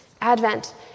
Advent